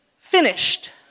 finished